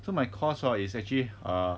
so my course hor it's actually err